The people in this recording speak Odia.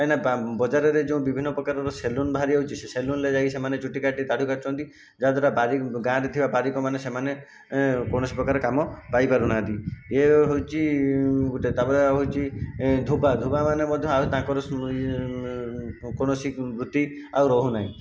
କାହିଁକିନା ବା ବଜାରରେ ଯେଉଁ ବିଭିନ୍ନ ପ୍ରକାରର ସେଲୁନ୍ ବାହାରି ଆସୁଛି ସେ ସେଲୁନ୍ରେ ଯାଇକି ସେମାନେ ଚୁଟି କାଟି ଦାଢ଼ି କାଟୁଛନ୍ତି ଯାହା ଦ୍ଵାରା ବାରିକ ଗାଁରେ ଥିବା ବାରିକମାନେ ସେମାନେ ଏଁ କୌଣସି ପ୍ରକାର କାମ ପାଇ ପାରୁନାହାନ୍ତି ଏ ହେଉଛି ଗୋଟିଏ ତାପରେ ହେଉଛି ଏଁ ଧୋବା ଧୋବାମାନେ ମଧ୍ୟ ଆଉ ତାଙ୍କର ସୁ କୌଣସି ବୃତ୍ତି ଆଉ ରହୁନାହିଁ